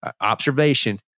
observation